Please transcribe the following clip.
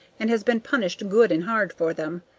and has been punished good and hard for them.